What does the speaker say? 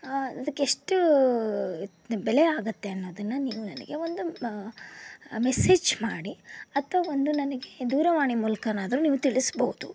ಅದಕ್ಕೆ ಎಷ್ಟು ಬೆಲೆ ಆಗತ್ತೆ ಅನ್ನೋದನ್ನು ನೀವು ನನಗೆ ಒಂದು ಮೆಸೇಜ್ ಮಾಡಿ ಅಥವಾ ಒಂದು ನನಗೆ ದೂರವಾಣಿ ಮೂಲಕನಾದ್ರೂ ನೀವು ತಿಳಿಸ್ಬೋದು